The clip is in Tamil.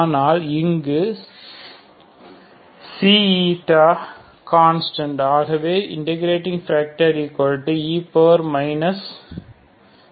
ஆனால் இங்கு Cகான்ஸ்டன்ட் ஆகவே I